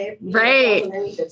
Right